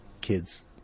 kids